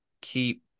keep